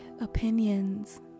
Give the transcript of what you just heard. opinions